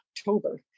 October